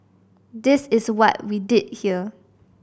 this is what we did here